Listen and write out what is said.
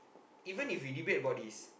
even if we debate about this